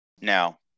Now